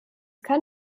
kann